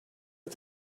but